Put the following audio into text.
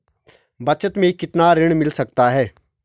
बचत मैं कितना ऋण मिल सकता है?